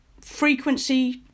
frequency